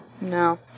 No